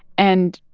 and